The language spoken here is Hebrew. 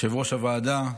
יושב-ראש הועדה,